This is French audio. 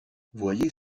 voyez